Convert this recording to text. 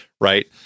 right